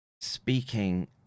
speaking